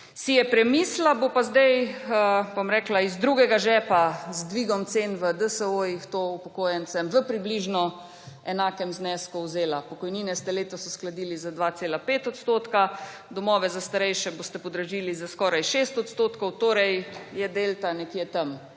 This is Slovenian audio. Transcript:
si je premislila, bo pa zdaj, bom rekla, iz drugega žepa, z dvigom cen v DSO-jih to upokojencem v približno enakem znesku vzela. Pokojnine ste letos uskladili za 2,5 %, domove za starejše boste podražili za skoraj 6 %, torej je delta nekje tam,